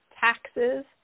taxes